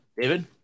David